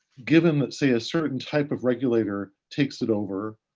given that, say, a certain type of regulator takes it over,